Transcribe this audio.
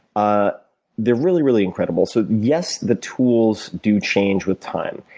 ah they're really, really incredible. so yes, the tools do change with time.